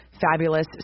fabulous